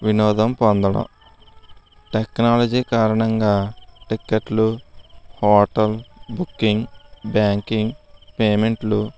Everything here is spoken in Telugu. వినోదం పొందడం టెక్నాలజీ కారణంగా టిక్కెట్లు హోటల్ బుకింగ్ బ్యాంకింగ్ పేమెంట్లు